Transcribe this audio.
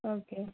okay